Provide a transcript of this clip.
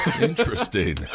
Interesting